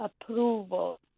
approval